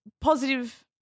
positive